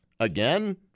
Again